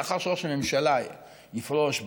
לאחר שראש הממשלה יפרוש,